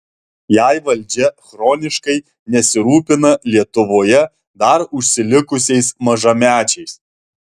jei valdžia chroniškai nesirūpina lietuvoje dar užsilikusiais mažamečiais